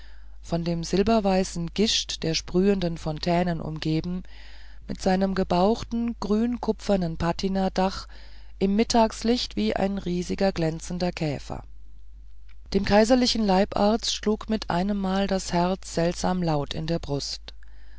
von dem silberweißen gischt der sprühenden fontänen umgeben mit seinem gebauchten grünkupfernen patinadach im mittagslicht wie ein riesiger glänzender käfer dem kaiserlichen leibarzt schlug mit einemmal das herz seltsam laut in der brust